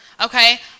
Okay